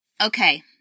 okay